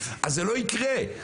אז זה לא יקרה.